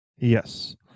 Yes